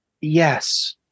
Yes